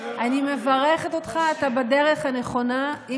אתה בדרך הנכונה.